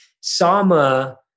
Sama